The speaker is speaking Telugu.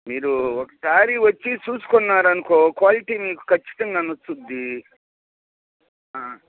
మీరు ఒకసారి వచ్చి చూసుకున్నారనుకో క్వాలిటీ మీకు ఖచ్చితంగా నచ్చుతుంది